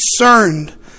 concerned